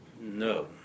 No